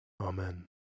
Amen